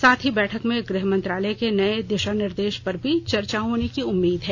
साथ ही बैठक में गृह मंत्रालय के नये दिषा निर्देष पर भी चर्चा होने की उम्मीद है